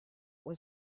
was